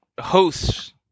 hosts